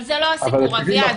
אבל זה לא הסיפור, אביעד.